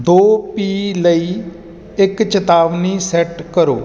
ਦੋ ਪੀ ਲਈ ਇੱਕ ਚੇਤਾਵਨੀ ਸੈਟ ਕਰੋ